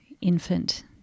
infant